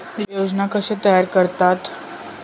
योजना कशे तयार करतात?